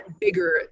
bigger